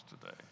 today